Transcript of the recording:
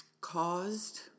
caused